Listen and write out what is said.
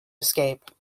escape